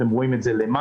אתם רואים את זה למעלה.